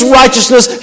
righteousness